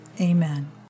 Amen